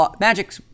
Magic